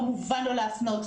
כמובן לא להפלות,